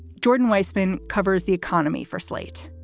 jordan weisman covers the economy for slate.